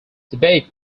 debate